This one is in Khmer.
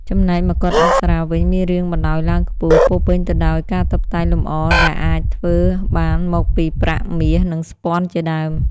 ចំណែកមកុដអប្សរាវិញ មានរាងបណ្តោយឡើងខ្ពស់ ពោរពេញទៅដោយការតុបតែងលំអ ដែលអាចធ្វើបានមកពី ប្រាក់ មាស និងស្ពាន់ជាដើម។